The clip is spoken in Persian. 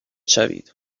شوید